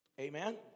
Amen